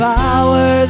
power